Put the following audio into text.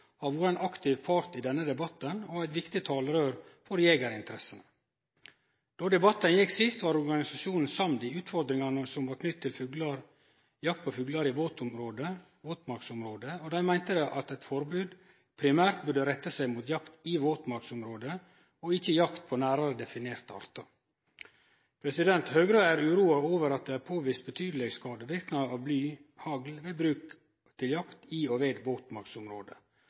har vore ein aktiv part i denne debatten, og eit viktig talerøyr for jegerinteressene. Då debatten gjekk sist, var organisasjonen samd i utfordringane som var knytte til jakt på fuglar i våtmarksområda, og dei meinte at eit forbod primært burde rette seg mot jakt i våtmarksområde, og ikkje jakt på nærare definerte artar. Høgre er uroa over at det er påvist betydelege skadeverknader av blyhagl ved bruk til jakt i og ved